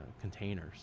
containers